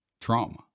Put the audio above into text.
trauma